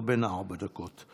לא בן ארבע דקות.